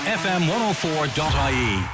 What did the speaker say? fm104.ie